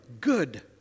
good